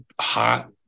hot